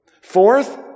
Fourth